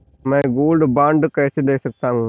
मैं gold bond कैसे ले सकता हूँ?